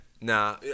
Nah